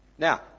Now